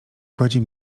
kładzie